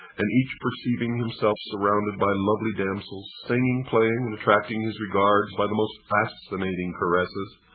and each perceiving himself surrounded by lovely damsels, singing, playing, and attracting his regards by the most fascinating caresses,